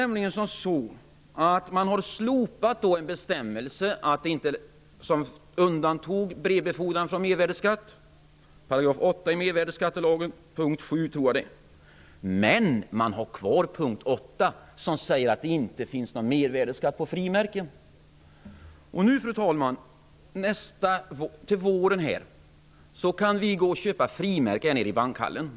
Man har slopat en bestämmelse som undantog brevbefordran från mervärdesskatt -- jag tror att det är 8 § punkt 7 i mervärdeskattelagen -- men man har kvar punkt 8 som säger att det inte finns någon mervärdesskatt på frimärken. Fru talman! Till våren kan vi köpa frimärken här nere i bankhallen.